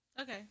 Okay